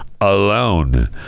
alone